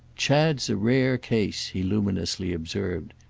chad's a rare case! he luminously observed.